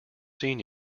seen